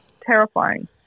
Terrifying